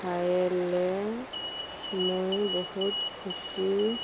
ଖାଇଲେ ମୁଇଁ ବହୁତ୍ ଖୁସି